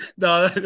no